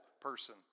person